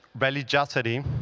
religiosity